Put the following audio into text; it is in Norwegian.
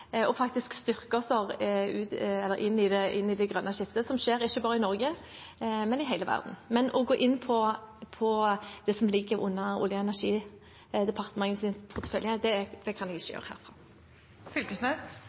og faktisk styrke oss inn i det grønne skiftet, som skjer ikke bare i Norge, men i hele verden. Men å gå inn på det som ligger i Olje- og energidepartementets portefølje, kan jeg